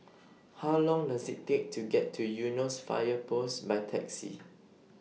How Long Does IT Take to get to Eunos Fire Post By Taxi